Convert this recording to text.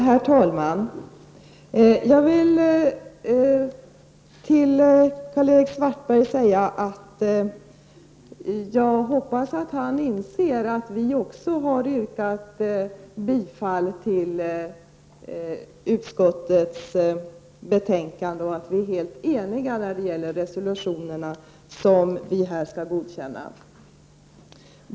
Herr talman! Jag hoppas att Karl-Erik Svartberg också inser att vi har yrkat bifall till utskottets hemställan och att vi är helt ense med övriga partier om de resolutioner som här skall godkännas.